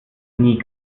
nie